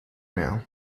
mehr